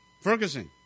Ferguson